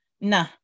nah